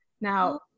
Now